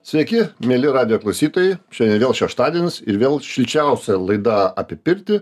sveiki mieli radijo klausytojai šiandie vėl šeštadienis ir vėl šilčiausia laida apie pirtį